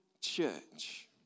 church